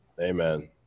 Amen